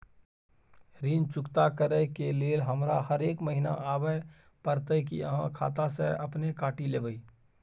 ऋण चुकता करै के लेल हमरा हरेक महीने आबै परतै कि आहाँ खाता स अपने काटि लेबै?